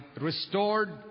restored